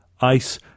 Ice